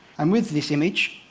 um with this image,